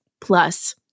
plus